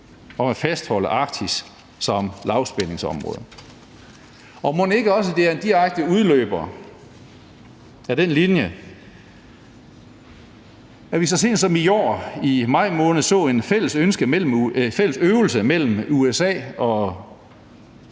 om at fastholde Arktis som lavspændingsområde. Og mon ikke også det er en direkte udløber af den linje, at vi så sent som i maj måned i år så en fælles øvelse mellem USA og